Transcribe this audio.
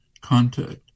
contact